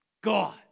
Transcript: God